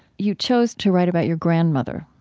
you chose to write about your grandmother,